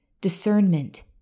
discernment